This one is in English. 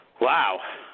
Wow